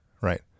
right